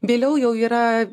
vėliau jau yra